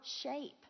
shape